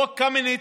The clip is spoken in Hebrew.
חוק קמיניץ,